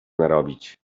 narobić